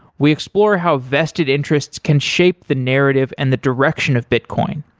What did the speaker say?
we explore how vested interests can shape the narrative and the direction of bitcoin,